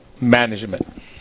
management